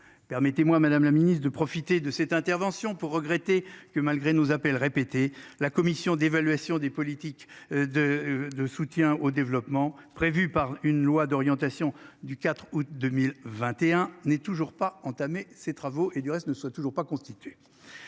Permettez-moi Madame la Ministre de profiter de cette intervention pour regretter que malgré nos appels répétés, la commission d'évaluation des politiques de de soutien au développement prévu par une loi d'orientation du 4 août 2021 n'est toujours pas entamé ses travaux et du reste ne soit toujours pas constituent.